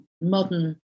modern